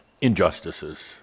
injustices